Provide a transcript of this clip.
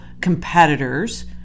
competitors